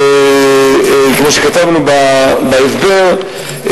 כמו שכתבנו בהסבר,